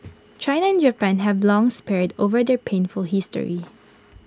China and Japan have long sparred over their painful history